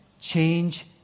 change